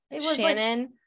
Shannon